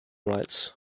rights